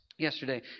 yesterday